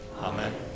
amen